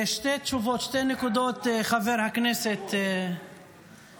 שתי תשובות, שתי נקודות, חבר הכנסת נאור.